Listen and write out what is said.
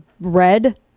red